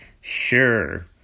sure